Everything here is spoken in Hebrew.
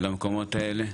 למקומות האלה.